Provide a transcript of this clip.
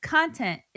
Content